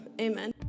Amen